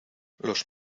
los